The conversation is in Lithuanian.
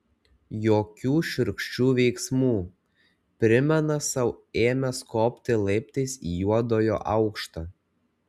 jokių šiurkščių veiksmų primena sau ėmęs kopti laiptais į juodojo aukštą